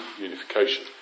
unification